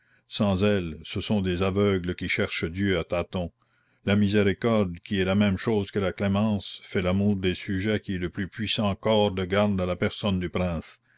sans elle ce sont des aveugles qui cherchent dieu à tâtons la miséricorde qui est la même chose que la clémence fait l'amour des sujets qui est le plus puissant corps de garde à la personne du prince